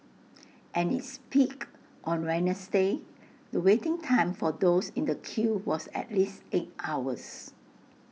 and its peak on Wednesday the waiting time for those in the queue was at least eight hours